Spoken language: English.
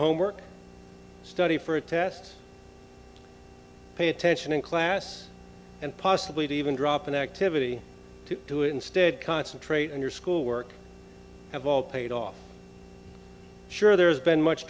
homework study for a test pay attention in class and possibly even drop in activity to do instead concentrate on your school work have all paid off sure there has been much